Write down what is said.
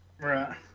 Right